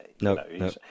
no